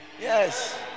Yes